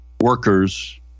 workers